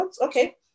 okay